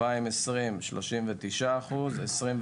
ב-2020 39%, 2021